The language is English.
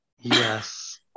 Yes